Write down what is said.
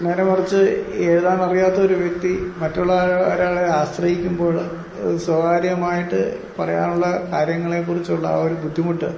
നേരെ മറിച്ച് എഴുതാൻ അറിയാത്തൊരു വ്യക്തി മറ്റുള്ളവരെ ആശ്രയിക്കുമ്പോൾ സ്വകാര്യമായിട്ട് പറയാനുള്ള കാര്യങ്ങളെ കുറിച്ചുള്ള ആ ഒരു ബുദ്ധിമുട്ട്